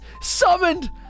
summoned